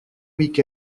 week